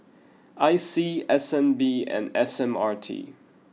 I C S N B and S M R T